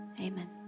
amen